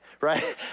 right